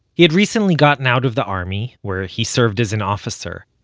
he had recently gotten out of the army, where he served as an officer,